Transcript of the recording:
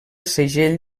segell